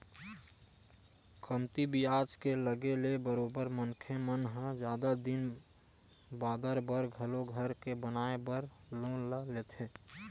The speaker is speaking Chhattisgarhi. कमती बियाज के लगे ले बरोबर मनखे मन ह जादा दिन बादर बर घलो घर के बनाए बर लोन ल लेथे